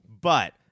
But-